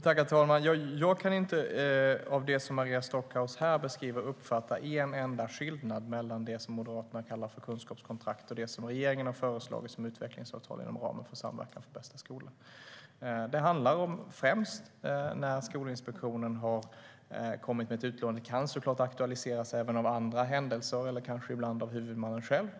Herr talman! Av det som Maria Stockhaus här beskriver kan jag inte uppfatta en enda skillnad mellan det som Moderaterna kallar för kunskapskontrakt och det som regeringen har föreslagit, nämligen ett utvecklingsavtal inom ramen för Samverkan för bästa skola. Om Skolinspektionen kommer med ett utlåtande kan det såklart aktualiseras även av andra händelser, ibland kanske av huvudmannen själv.